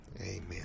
Amen